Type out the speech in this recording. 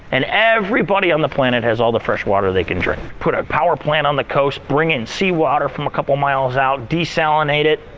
and everybody on the planet has all the fresh water they can drink. put a power plant on the coast. bring in seawater from a couple miles out. desalinate it.